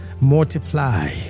multiply